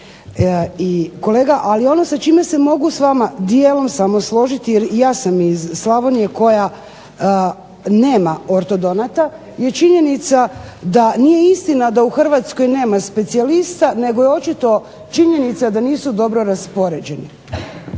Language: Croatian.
I kolega, ali ono sa čime se mogu s vama dijelom samo složiti jer i ja sam iz Slavonije koja nema ortodonata, je činjenica da nije istina da u Hrvatskoj nema specijalista nego je očito činjenica da nisu dobro raspoređeni.